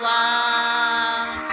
one